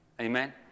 Amen